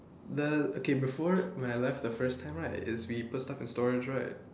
the okay before my last the first time right is we put stuff in storage right